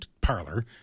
parlor